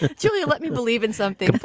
julie, let me believe in something.